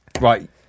right